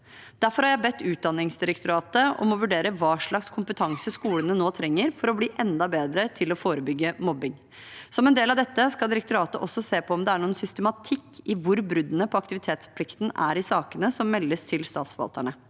Derfor har jeg bedt Utdanningsdirektoratet om å vurdere hva slags kompetanse skolene nå trenger for å bli enda bedre til å forebygge mobbing. Som en del av dette skal direktoratet også se på om det er noen systematikk i hvor bruddene på aktivitetsplikten er i sakene som meldes til statsforvalterne.